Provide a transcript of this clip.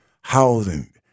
housing